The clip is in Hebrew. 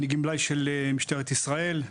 אני גמלאי של משטרת ישראל.